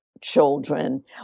children